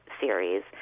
series